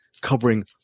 covering